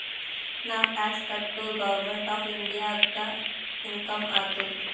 ನಾವ್ ಟ್ಯಾಕ್ಸ್ ಕಟುರ್ government of ಇಂಡಿಯಾಗ ಇನ್ಕಮ್ ಆತ್ತುದ್